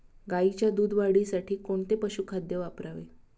गाईच्या दूध वाढीसाठी कोणते पशुखाद्य वापरावे?